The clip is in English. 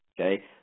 Okay